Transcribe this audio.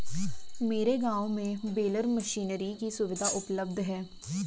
मेरे गांव में बेलर मशीनरी की सुविधा उपलब्ध है